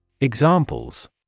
Examples